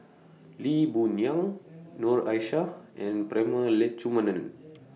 Lee Boon Yang Noor Aishah and Prema Letchumanan